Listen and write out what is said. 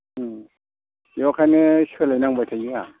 बेखायनो सोलायनांबाय थायो आंहा